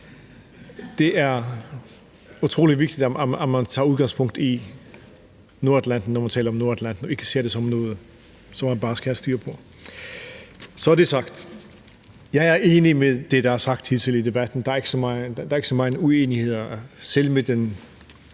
Det er utrolig vigtigt, at man tager udgangspunkt i Nordatlanten, når man taler om Nordatlanten, og ikke ser det som noget, som man bare skal have styr på. Så er det sagt. Jeg er enig i det, der er sagt hidtil i debatten; der har jeg ikke så mange uenigheder – selv